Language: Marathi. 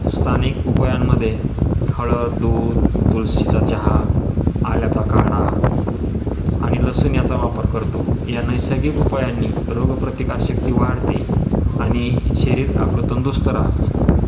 स्थानिक उपायांमध्ये हळद दूध तुळशीचा चहा आल्याचा काढा आणि लसूण याचा वापर करतो या नैसर्गिक उपायांनी रोग प्रतिकारशक्ती वाढते आणि शरीर आपलं तंदुरुस्त राहतो